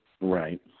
Right